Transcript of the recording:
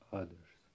others